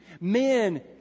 Men